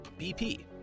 BP